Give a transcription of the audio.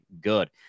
good